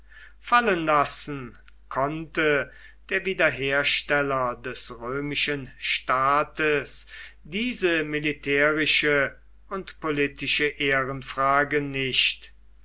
fallen lassen konnte der wiederhersteller des römischen staates diese militärische und politische ehrenfrage nicht